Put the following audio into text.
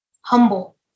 Humble